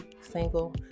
single